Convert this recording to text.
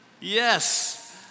Yes